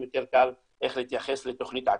גם יותר קל איך להתייחס לתוכנית עתידית.